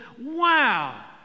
wow